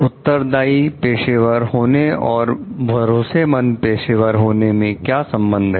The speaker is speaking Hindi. उत्तरदाई पेशेवर होने और भरोसेमंद पेशेवर होने में क्या संबंध है